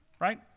right